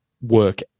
work